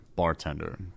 Bartender